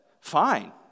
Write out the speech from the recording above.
fine